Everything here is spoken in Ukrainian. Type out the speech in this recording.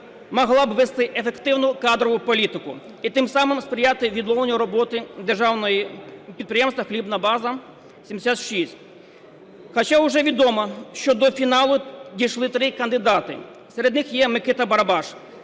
могла б вести ефективну кадрову політику і тим самим сприяти відновленню роботи Державного підприємства "Хлібна база № 76". Хоча уже відомо, що до фіналу дійшли три кандидати, серед них є Микита Барабаш,